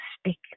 speak